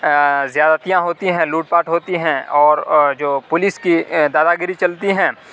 زیادتیاں ہوتی ہیں لوٹ پاٹ ہوتی ہیں اور جو پولیس کی دادا گیری چلتی ہیں